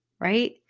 right